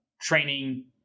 training